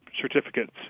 certificates